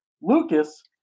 Lucas